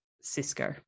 Cisco